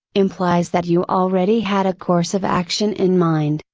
implies that you already had a course of action in mind,